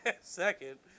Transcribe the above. Second